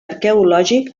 arqueològic